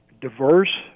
diverse